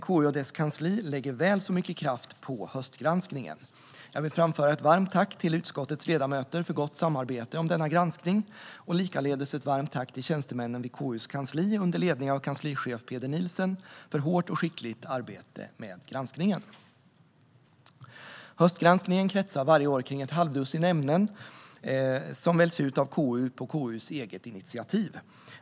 KU och dess kansli lägger dock väl så mycket kraft på höstgranskningen. Jag vill framföra ett varmt tack till utskottets ledamöter för gott samarbete i denna granskning och likaledes ett varmt tack till tjänstemännen vid KU:s kansli, under ledning av kanslichef Peder Nielsen, för hårt och skickligt arbete med granskningen. Höstgranskningen kretsar varje år kring ett halvdussin ämnen som väljs ut av KU på KU:s eget initiativ.